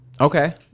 okay